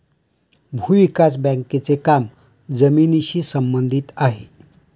भूविकास बँकेचे काम जमिनीशी संबंधित आहे